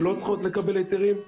שלא צריכות לקבל היתרים.